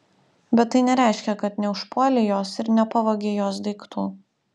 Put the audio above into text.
bet tai nereiškia kad neužpuolei jos ir nepavogei jos daiktų